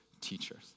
teachers